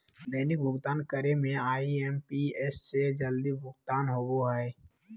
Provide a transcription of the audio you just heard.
दैनिक भुक्तान करे में आई.एम.पी.एस से जल्दी भुगतान होबो हइ